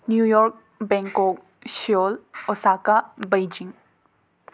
new York Bangkok ꯁꯤꯌꯣꯜ ꯑꯣꯁꯥꯀꯥ Beijing